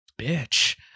bitch